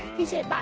he's